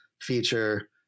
feature